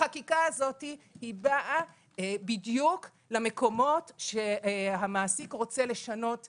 החקיקה הזאת באה בדיוק למקומות שהמעסיק רוצה לשנות משמרות,